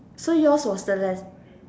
so yours was the leh